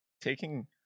taking